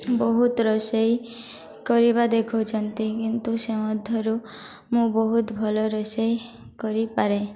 ବହୁତ ରୋଷେଇ କରିବା ଦେଖଉଛନ୍ତି କିନ୍ତୁ ସେ ମଧ୍ୟରୁ ମୁଁ ବହୁତ ଭଲ ରୋଷେଇ କରିପାରେ